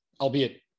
albeit